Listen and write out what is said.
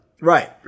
Right